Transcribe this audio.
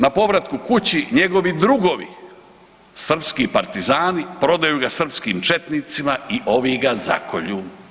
Na povratku kući njegovi drugovi, srpski partizani prodaju ga srpskim četnicima i ovi ga zakolju.